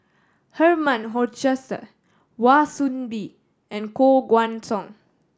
Herman Hochstadt Wan Soon Bee and Koh Guan Song